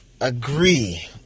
agree